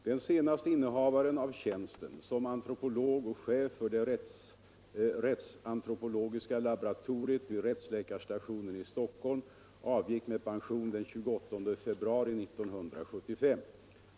Den senaste innehavaren av tjänsten som antropolog och chef för det rättsantropologiska laboratoriet vid rättsläkarstationen i Stockholm avgick med pension den 28 februari 1975.